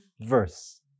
verse